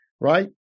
right